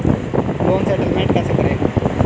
Loan settlement कैसे करें?